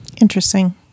interesting